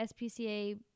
SPCA